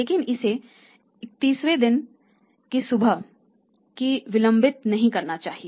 लेकिन इसे 31 वें दिन की सुबह तक विलंबित नहीं करना चाहिए